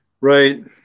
Right